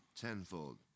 Tenfold